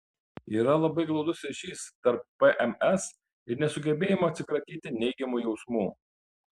yra labai glaudus ryšys tarp pms ir nesugebėjimo atsikratyti neigiamų jausmų